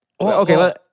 Okay